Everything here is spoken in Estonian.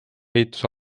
ehituse